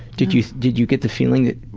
did you did you get the feeling that,